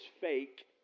fake